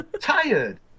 tired